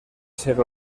ser